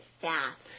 fast